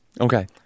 Okay